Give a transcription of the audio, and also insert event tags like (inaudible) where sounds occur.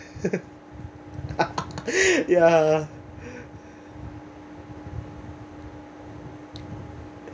(laughs) ya